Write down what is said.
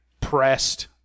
pressed